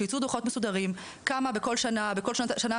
שייצאו דוחות מסודרים, כמה בכל שנה אקדמית?